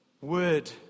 Word